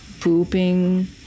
pooping